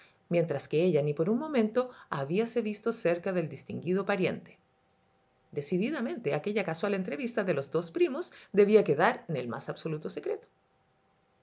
mientras que ella ni por un momento habíase visto cerca del distinguido pariente decididamente aquella casual entrevista de los dos primos debía quedar en el más absoluto secreto